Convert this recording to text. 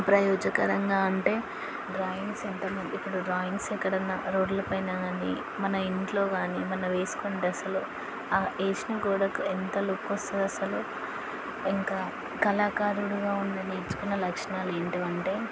ప్రయోజనకరంగా అంటే డ్రాయింగ్స్ ఎంత మంది ఇప్పుడు డ్రాయింగ్స్ ఎక్కడన్నా రోడ్ల పైన కానీ మన ఇంట్లో కానీ మనం వేసుకోని డ్రస్సులు ఆ వేసిన గోడకు ఎంత లుక్ వస్తుంది అసలు ఇంకా కళాకారుడుగా ఉన్న నేర్చుకున్న లక్షణాలు ఏంటివి అంటే